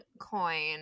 coin